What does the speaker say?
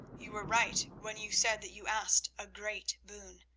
you were right when you said that you asked a great boon.